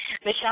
Michelle